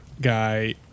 guy